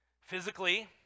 Physically